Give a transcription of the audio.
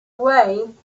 way